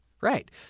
Right